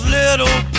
little